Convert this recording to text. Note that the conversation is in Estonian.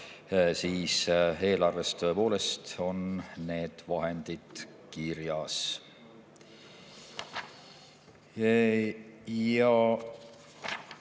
siis eelarves tõepoolest on need vahendid kirjas.